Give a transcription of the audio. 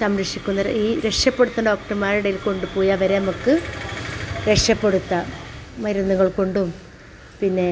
സംരക്ഷിക്കുന്ന ഈ രക്ഷപ്പെടുത്തുന്ന ഡോക്ടർമാരുടെ ഇടയിൽ കൊണ്ട് പോയി അവരെ നമുക്ക് രക്ഷപ്പെടുത്താം മരുന്നുകൾ കൊണ്ടും പിന്നെ